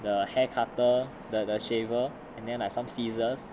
the hair cuter the shaver and then like some scissors